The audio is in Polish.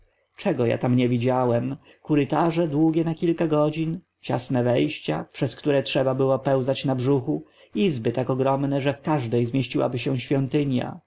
ja tam nie widziałem korytarze długie na kilka godzin ciasne wejścia przez które trzeba było pełzać na brzuchu izby tak ogromne że w każdej zmieściłaby się świątynia